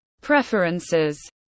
preferences